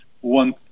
one